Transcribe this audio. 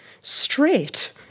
straight